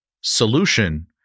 solution